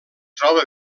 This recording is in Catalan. troba